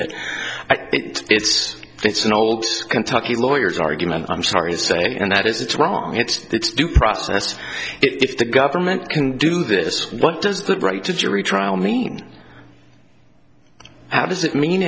it it's it's an old kentucky lawyers argument i'm sorry to say and that is it's wrong it's due process to if the government can do this what does that right to jury trial mean how does that mean